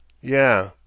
Yeah